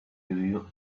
you